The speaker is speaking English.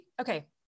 okay